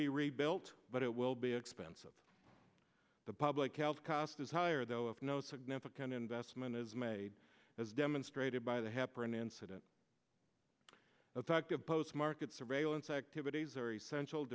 be rebuilt but it will be expensive the public health cost is higher though if no significant investment is made as demonstrated by the heparin incident effective post market surveillance activities are essential